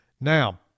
Now